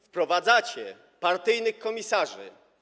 Wprowadzacie partyjnych komisarzy.